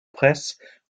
presse